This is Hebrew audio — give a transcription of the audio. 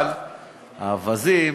אבל האווזים,